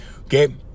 okay